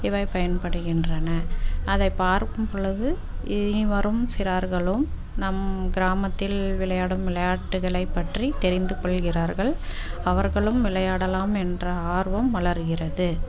இவை பயன்படுகின்றன அதை பார்க்கும்பொழுது இனிவரும் சிறார்களும் நம் கிராமத்தில் விளையாடும் விளையாட்டுகளைப் பற்றி தெரிந்து கொள்கிறார்கள் அவர்களும் விளையாடலாம் என்ற ஆர்வம் வளர்கிறது